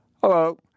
Hello